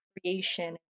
creation